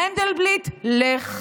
מנדלבליט, לך.